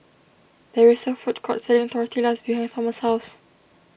there is a food court selling Tortillas behind Thomas' house